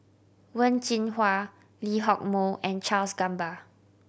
Wen Jinhua Lee Hock Moh and Charles Gamba